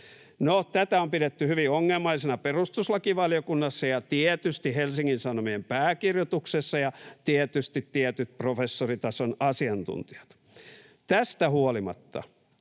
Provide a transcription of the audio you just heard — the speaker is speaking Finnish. tätä on pidetty hyvin ongelmallisena perustuslakivaliokunnassa ja tietysti Helsingin Sanomien pääkirjoituksessa ja tietysti tietyt professoritason asiantuntijat ovat pitäneet.